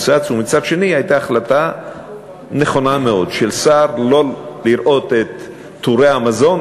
ומצד שני הייתה החלטה נכונה מאוד של שר לא לראות את תורי המזון,